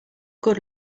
good